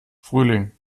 frühling